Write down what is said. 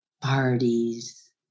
parties